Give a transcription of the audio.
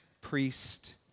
priest